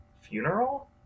funeral